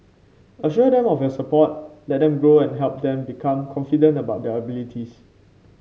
assure them of your support let them grow and help them become confident about their abilities